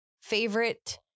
favorite